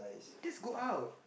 that's go out